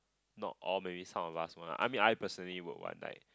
not all maybe some of us want I mean I personally would want like